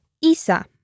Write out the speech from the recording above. isa